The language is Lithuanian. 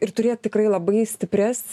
ir turėt tikrai labai stiprias